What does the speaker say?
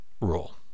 rule